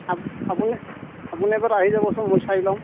up আপুনি আপুনি আগত আহি যাবচোন মই চাই ল'ম